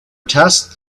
task